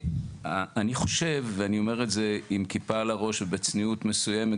אני חושב ואני אומר את זה עם כיפה על הראש ובצניעות מסוימת